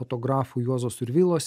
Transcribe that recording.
fotografo juozo survilos